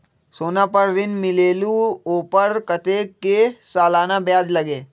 सोना पर ऋण मिलेलु ओपर कतेक के सालाना ब्याज लगे?